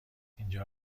اینجا